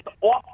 off